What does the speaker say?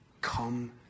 come